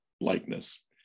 likeness